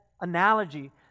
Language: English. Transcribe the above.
analogy